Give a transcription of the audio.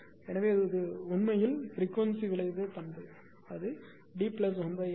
எனவே இது உண்மையில் உங்கள் பிரிக்வன்சி விளைவு பண்புD1R and இது உங்கள் β